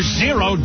zero